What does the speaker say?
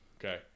okay